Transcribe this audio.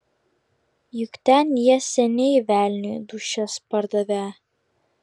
juk ten jie seniai velniui dūšias pardavę